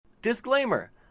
Disclaimer